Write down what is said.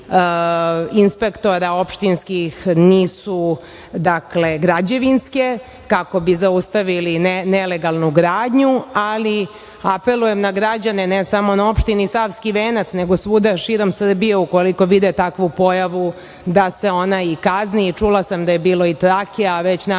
inspektora opštinskih nisu dakle, građevinske, kako bi zaustavili nelegalnu gradnju, ali apelujem na građane ne samo na opštini Savski venac, nego svuda, širom Srbije ukoliko vide takvu pojavu da se ona i kazni, a čula sam da je bilo i trake, a već nakon